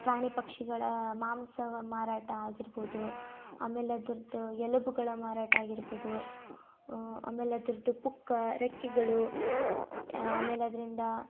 ಪ್ರಾಣಿ ಪಕ್ಷಿಗಳ ಮಾಂಸ ಮಾರಾಟ ಆಗಿರ್ಬೋದು ಆಮೇಲೆ ಅದರದ್ದು ಎಲುಬುಗಳ ಮಾರಾಟ ಆಗಿರ್ಬೋದು ಆಮೇಲೆ ಅದರದ್ದು ಪುಕ್ಕ ರೆಕ್ಕೆಗಳು ಆಮೇಲೆ ಅದರಿಂದ